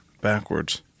backwards